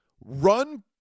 run